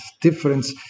difference